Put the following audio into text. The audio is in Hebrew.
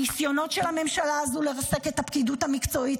הניסיונות של הממשלה הזאת לרסק את הפקידות המקצועית,